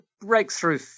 breakthrough